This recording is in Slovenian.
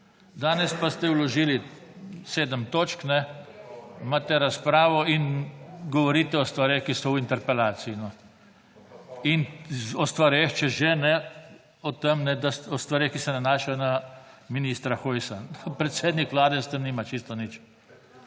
Danes pa ste vložili sedem točk, imate razpravo in govorite o stvareh, ki so v interpelaciji, in če že, potem o stvareh, ki se nanašajo na ministra Hojsa. Predsednik Vlade s tem nima čisto nič,